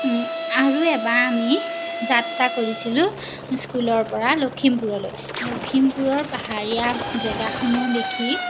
আৰু এবাৰ আমি যাত্ৰা কৰিছিলোঁ স্কুলৰ পৰা লখিমপুৰলৈ লখিমপুৰৰ পাহাৰীয়া জেগাসমূহ দেখি